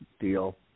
deal